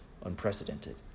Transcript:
unprecedented